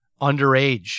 underage